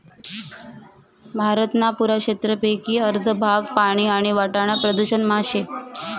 भारतना पुरा क्षेत्रपेकी अर्ध भाग पानी आणि वाटाना प्रदूषण मा शे